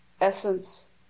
essence